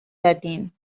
دادیدن